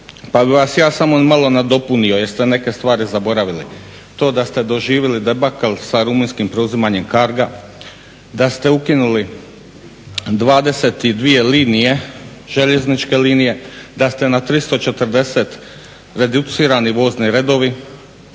pa bih vas ja samo malo nadopunio jer ste neke stvari zaboravili. To da ste doživjeli debakl sa rumunjskim preuzimanjem Cargo-a, da ste ukinuli 22 željezničke linije, da ste na 340 reducirali vozne redove,